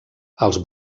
als